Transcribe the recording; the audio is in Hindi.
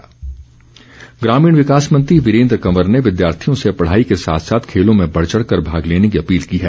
वीरेन्द्र कंवर ग्रामीण विकास मंत्री वीरेन्द्र कंवर ने विद्यार्थियों से पढ़ाई के साथ साथ खेलों में बढ़चढ़ कर भाग लेने की अपील की है